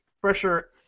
pressure